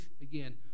again